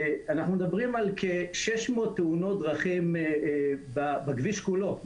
אנחנו מדברים על כ-600 תאונות דרכים בכביש כולו,